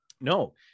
No